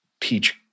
teach